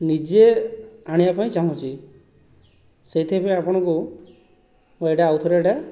ନିଜେ ଆଣିବା ପାଇଁ ଚାହୁଁଛି ସେଇଥିପାଇଁ ଆପଣଙ୍କୁ ମୁଁ ଏଇଟା ଆଉଥରେ ଏଇଟା